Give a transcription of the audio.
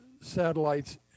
satellites